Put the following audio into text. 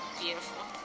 beautiful